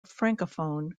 francophone